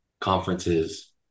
conferences